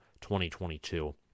2022